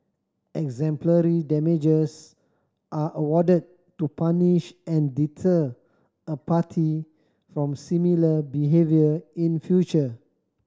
exemplary damages are awarded to punish and deter a party from similar behaviour in future